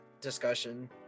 discussion